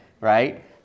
right